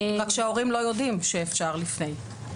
רק שההורים לא יודעים שאפשר לפני.